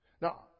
Now